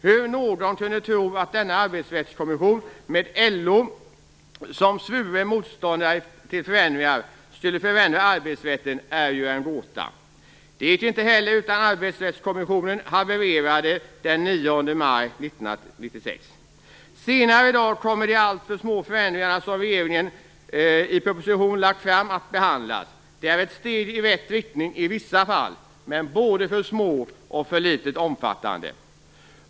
Hur någon kunde tro att denna arbetsrättskommission, med LO som svuren motståndare till förändringar, skulle förändra arbetsrätten är en gåta. Det gick inte heller, utan arbetsrättskommissionen havererade den 9 maj 1996. Senare i dag kommer de allt för små förändringar som regeringen lagt fram i proposition att behandlas. Det är ett steg i rätt riktning i vissa fall, men det är för små förändringar och för litet omfattande.